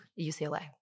UCLA